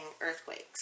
earthquakes